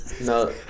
No